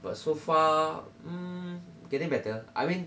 but so far hmm getting better I mean